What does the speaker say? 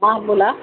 हां बोला